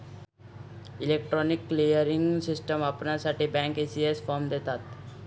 electronic clearing system वापरण्यासाठी bank, ECS form देतात